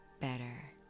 better